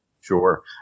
Sure